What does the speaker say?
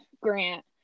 grant